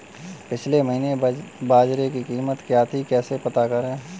पिछले महीने बाजरे की कीमत क्या थी कैसे पता करें?